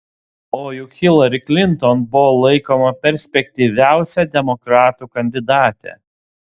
o juk hilari klinton buvo laikoma perspektyviausia demokratų kandidate